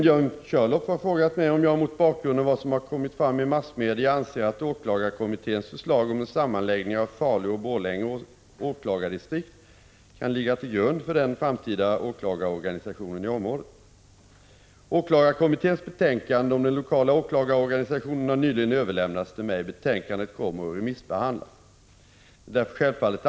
Åklagarkommittén har nyligen framlagt sitt betänkande. Av pressuttalanden i Dalarna framgår tydligt att kommitténs överväganden och förslag vad gäller organisationen i Falun och Borlänge icke grundats på sakliga informationer och rationella krav på organisationsutformningen.